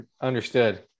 Understood